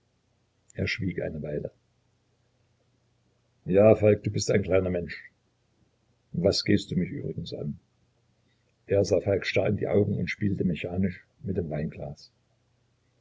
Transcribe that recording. er schwieg eine weile ja falk du bist ein kleiner mensch was gehst du mich übrigens an er sah falk starr in die augen und spielte mechanisch mit dem weinglas